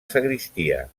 sagristia